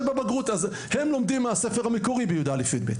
בבגרות ולכן הם לומדים מהספרים הלא מצונזרים.